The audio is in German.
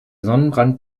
sonnenbrand